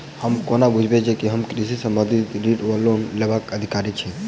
हम कोना बुझबै जे हम कृषि संबंधित ऋण वा लोन लेबाक अधिकारी छी?